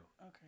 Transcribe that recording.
Okay